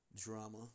drama